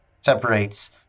separates